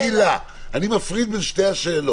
עניתי לה, אני מפריד בין שתי השאלות.